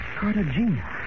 Cartagena